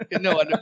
No